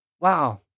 wow